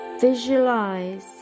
visualize